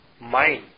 mind